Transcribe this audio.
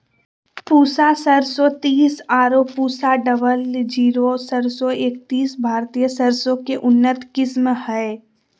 पूसा सरसों तीस आरो पूसा डबल जीरो सरसों एकतीस भारतीय सरसों के उन्नत किस्म हय